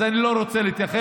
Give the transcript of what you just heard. אז אני לא רוצה להתייחס.